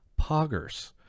poggers